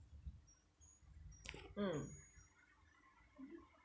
mm